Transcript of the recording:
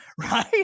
right